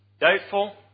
doubtful